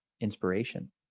inspiration